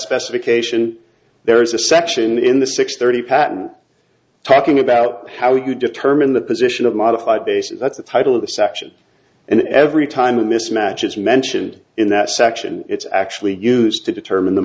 specification there is a section in the six thirty patent talking about how you determine the position of modify base that's the title of the section and every time a mismatch is mentioned in that section it's actually used to determine the